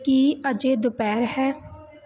ਕੀ ਅਜੇ ਦੁਪਹਿਰ ਹੈ